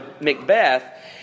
Macbeth